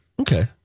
Okay